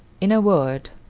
in a word,